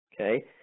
Okay